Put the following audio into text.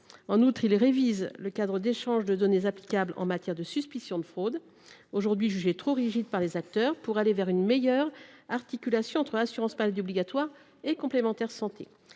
objet de réviser le cadre d’échange de données applicable en matière de suspicion de fraude, aujourd’hui jugé trop rigide par les acteurs, pour favoriser une meilleure articulation entre l’assurance maladie obligatoire et les complémentaires santé.